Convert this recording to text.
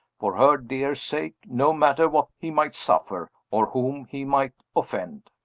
for her dear sake no matter what he might suffer, or whom he might offend.